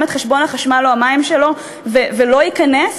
את חשבון החשמל או המים שלו ולא ייקנס?